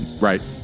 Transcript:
Right